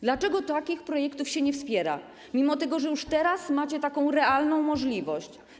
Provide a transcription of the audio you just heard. Dlaczego takich projektów się nie wspiera, mimo że już teraz macie taką realną możliwość?